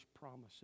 promises